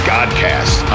Godcast